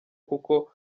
kuko